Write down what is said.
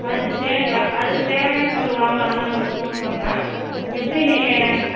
அதுக்கு தேவை அதுக்கு தேவையான பொருள் வாங்கலாம்னு தான் உங்களுக்கு ஃபோன் பண்ணேன் எப்படி நீ